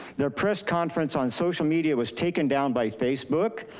their press conference on social media was taken down by facebook,